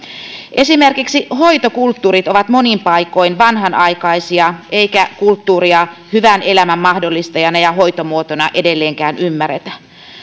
esimerkiksi hoitokulttuurit ovat monin paikoin vanhanaikaisia eikä kulttuuria hyvän elämän mahdollistajana ja hoitomuotona edelleenkään ymmärretä